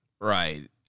Right